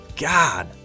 God